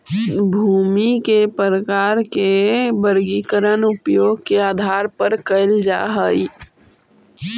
भूमि के प्रकार के वर्गीकरण उपयोग के आधार पर कैल जा हइ